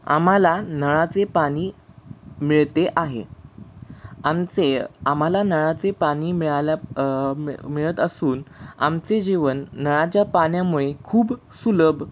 आम्हाला नळाचे पाणी मिळते आहे आमचे आम्हाला नळाचे पाणी मिळाल्या मिळ मिळत असून आमचे जीवन नळाच्या पाण्यामुळे खूप सुलभ